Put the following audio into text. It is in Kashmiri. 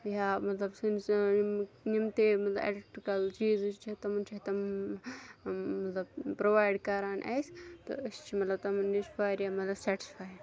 یا مطلب سٲنِس یِم یِم تہِ مطلب اٮ۪لٮ۪کٹِرٛکَل چیٖز ویٖز چھِ تٕمَن چھِ تم مطلب پرٛووایڈ کَران اَسہِ تہٕ أسۍ چھِ مطلب تمَن نِش واریاہ مطلب سٮ۪ٹسفاے